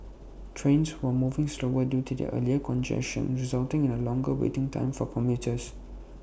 trains were moving slower due to the earlier congestion resulting in A longer waiting time for commuters